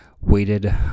weighted